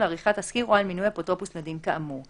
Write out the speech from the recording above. עריכת תסקיר או על מינוי אפוטרופוס לדין כאמור,